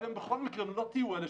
אתם בכל מקרה לא תהיו אלה?